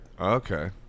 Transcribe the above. Okay